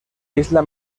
isla